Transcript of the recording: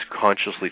consciously